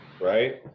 Right